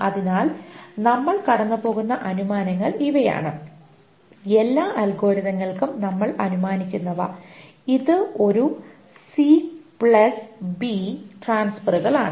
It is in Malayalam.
അതിനാൽ നമ്മൾ കടന്നുപോകുന്ന അനുമാനങ്ങൾ ഇവയാണ് എല്ലാ അൽഗോരിതങ്ങൾക്കും നമ്മൾ അനുമാനിക്കുന്നവ ഇത് ഒരു സീക്ക് പ്ലസ് ട്രാൻസ്ഫറുകൾ ആണ്